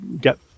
get